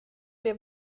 wir